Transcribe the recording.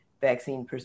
vaccine